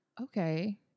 Okay